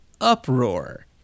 uproar